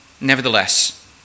Nevertheless